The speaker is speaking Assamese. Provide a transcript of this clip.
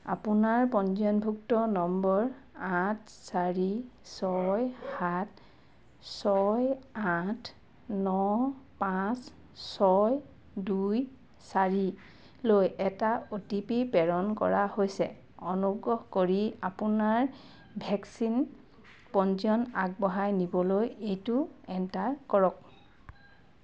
আপোনাৰ পঞ্জীয়নভুক্ত নম্বৰ আঠ চাৰি ছয় সাত ছয় আঠ ন পাঁচ ছয় দুই চাৰি লৈ এটা অ'টিপি প্ৰেৰণ কৰা হৈছে অনুগ্ৰহ কৰি আপোনাৰ ভেকচিন পঞ্জীয়ন আগবঢ়াই নিবলৈ এইটো এণ্টাৰ কৰক